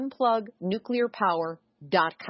UnplugNuclearPower.com